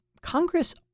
Congress